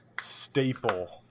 staple